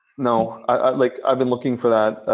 no. i've like i've been looking for that,